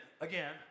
again